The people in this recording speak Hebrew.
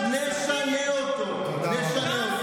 נשנה אותו.